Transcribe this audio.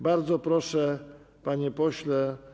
Bardzo proszę, panie pośle.